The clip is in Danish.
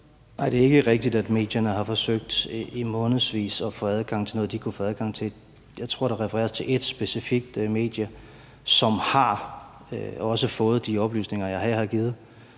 Nej, det er ikke rigtigt, at medierne i månedsvis har forsøgt at få adgang til noget, de ikke kunne få adgang til. Jeg tror, at der refereres til ét specifikt medie, som også har fået de oplysninger, jeg her har givet.